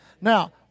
Now